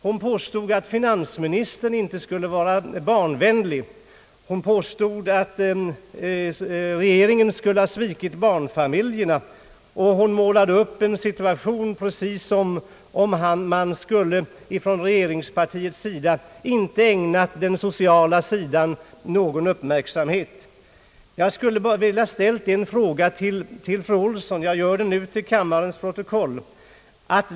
Hon påstod att finansministern inte skulle vara barnvänlig, hon påstod att regeringen skulle ha svikit barnfamiljerna, och hon målade upp situationen precis som om regeringspartiet inte skulle ägna den sociala sidan någon uppmärksamhet. Jag skulle vilja ställa en fråga till fru Olsson, och jag gör det nu via kammarens protokoill.